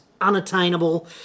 unattainable